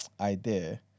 idea